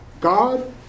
God